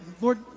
Lord